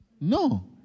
No